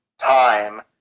time